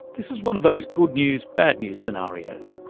this is one of those good news bad news scenarios.